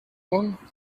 one